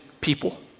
people